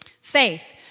Faith